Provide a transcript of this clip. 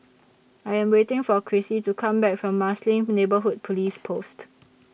I Am waiting For Krissy to Come Back from Marsiling Neighbourhood Police Post